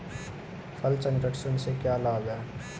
फल संरक्षण से क्या लाभ है?